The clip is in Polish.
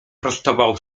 prostował